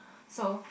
so